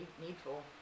needful